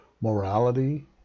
morality